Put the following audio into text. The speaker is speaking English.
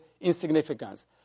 insignificance